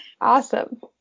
awesome